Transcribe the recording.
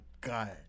guy